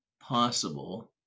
possible